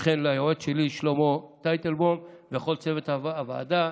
וכן ליועץ שלי שלמה טייטלבאום ולכל צוות הוועדה,